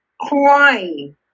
crying